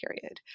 period